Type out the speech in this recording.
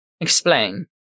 explain